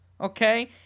okay